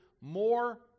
more